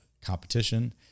competition